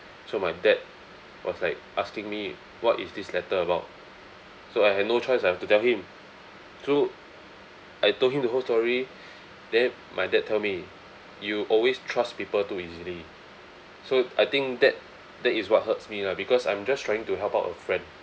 so my dad was like asking me what is this letter about so I had no choice I have to tell him so I told him the whole story then my dad tell me you always trust people too easily so I think that that is what hurts me lah because I'm just trying to help out a friend